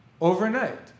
overnight